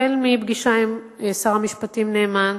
החל מפגישה עם שר המשפטים נאמן,